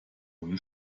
ohne